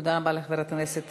תודה רבה לחברת הכנסת